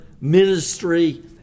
ministry